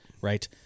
right